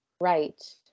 right